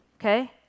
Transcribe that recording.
okay